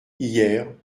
hier